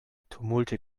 tumulte